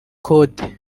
kode